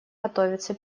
готовится